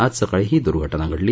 आज सकाळी ही दुर्घटना घडली